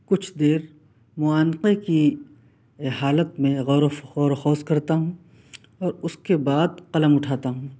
کچھ دیر معانقے کی حالت میں غور و غور و خوص کرتا ہوں اور اس کے بعد قلم اٹھاتا ہوں